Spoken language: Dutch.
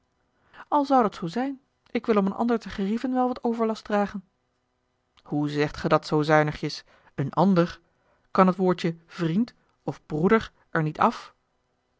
al zou dat zoo zijn ik wil om een ander te gerieven wel wat overlast dragen hoe zegt gij dat zoo zuinigjes een ander kan t woordje vriend of broeder er niet af